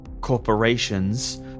corporations